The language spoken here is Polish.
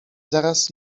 zaraz